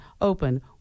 open